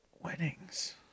Weddings